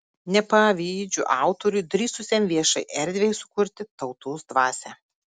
nepavydžiu autoriui drįsusiam viešai erdvei sukurti tautos dvasią